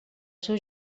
seu